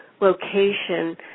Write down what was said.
location